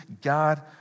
God